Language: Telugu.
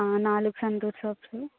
నాలుగు సంతూర్ సోప్సు